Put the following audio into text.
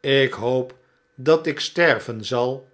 ik hoop dat ik sterven zal